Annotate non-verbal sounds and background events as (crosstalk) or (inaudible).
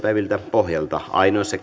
pohjalta ainoassa (unintelligible)